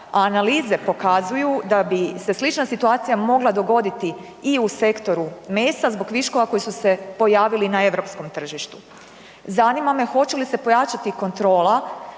analize pokazuju da bi se slična situacija mogla dogoditi i u sektoru mesa zbog viškova koji su se pojavili na europskom tržištu. Zanima me hoće li se pojačati kontrola